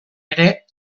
ere